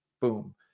Boom